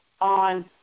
on